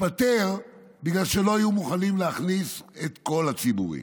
התפטר בגלל שלא היו מוכנים להכניס את כל הציבורים.